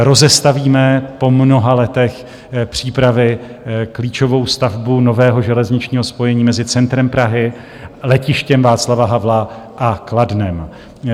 Rozestavíme po mnoha letech přípravy klíčovou stavbu nového železničního spojení mezi centrem Prahy, Letištěm Václava Havla a Kladnem.